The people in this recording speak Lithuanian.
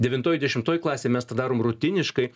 devintoj dešimtoj klasėj mes tą darom rutiniškai